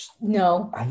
no